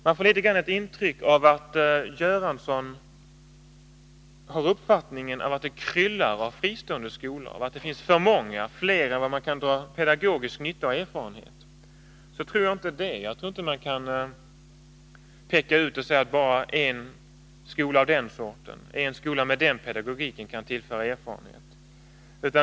Man får ett visst intryck av att statsrådet Göransson har uppfattningen att det kryllar av fristående skolor, att det finns för många, fler än vad man kan dra pedagogisk nytta och erfarenhet av. Så tror inte jag att det är. Jag tror inte att man kan peka ut en skola av den ena sorten och en skola med den andra pedagogiken och säga att bara dessa kan tillföra erfarenheter.